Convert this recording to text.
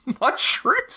mushrooms